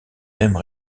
même